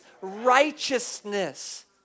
righteousness